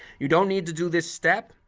you don't need to do this step.